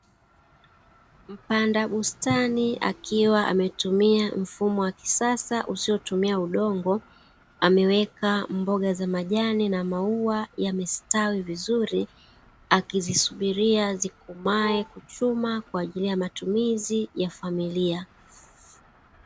Mpanda bustani akiwa ametumia mfumo wa kisasa usiotumia udongo, ameweka mboga za majani na maua yamestawi vizuri, akizisubiria zikomae kuchuma kwa ajili ya matumizi ya familia.